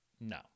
No